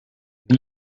wie